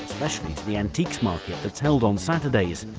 especially to the antiques markets that's held on saturdays,